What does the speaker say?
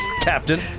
Captain